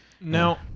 Now